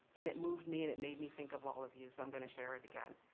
and it moved me and it made me think of all of you so i'm going to share it again.